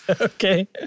Okay